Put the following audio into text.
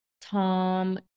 Tom